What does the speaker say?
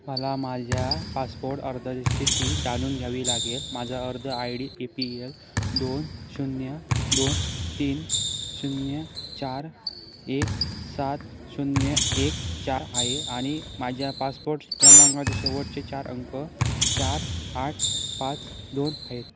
मला माझ्या पासपोड अर्जाची स्थिती जाणून घ्यावी लागेल माझा अर्ज I D A P L दोन शून्य दोन तीन शून्य चार एक सात शून्य एक चार आहे आणि माझ्या पासपोट क्रमांकाचे शेवटचे चार अंक चार आठ पाच दोन आहेत